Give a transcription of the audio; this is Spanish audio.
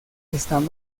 están